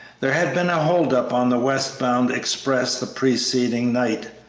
there had been a hold-up on the west-bound express the preceding night,